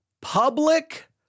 public